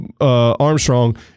Armstrong